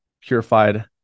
purified